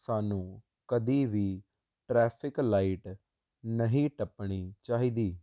ਸਾਨੂੰ ਕਦੀ ਵੀ ਟ੍ਰੈਫਿਕ ਲਾਈਟ ਨਹੀਂ ਟੱਪਣੀ ਚਾਹੀਦੀ